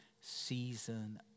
season